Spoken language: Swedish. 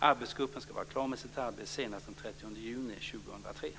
Arbetsgruppen ska vara klar med sitt arbete senast den 30